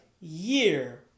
year